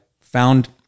found